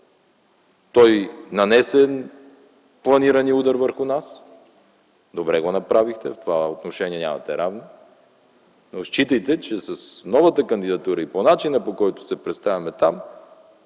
Той нанесе планирания удар върху нас, добре го направихте, в това отношение нямате равни, но считайте, че с новата кандидатура и по начина, по който се представяме там,